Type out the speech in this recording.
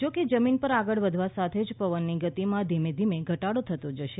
જો કે જમીન પર આગળ વધવા સાથે પવનની ગતિમાં ધીમેધીમે ઘટાડો થતો જશે